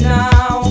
now